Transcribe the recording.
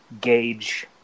gauge